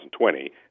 2020